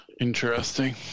Interesting